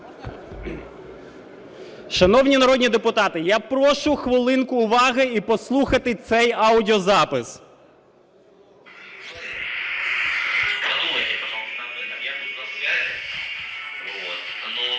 Шановні народні депутати, я прошу хвилинку уваги і послухайте цей аудіозапис.